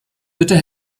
bitte